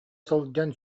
сылдьан